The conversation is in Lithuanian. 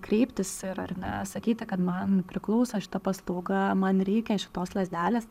kreiptis ir ar ne sakyti kad man priklauso šita paslauga man reikia šitos lazdelės